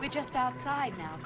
we just outside now